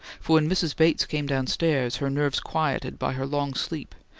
for when mrs. bates came downstairs, her nerves quieted by her long sleep,